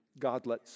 Godlets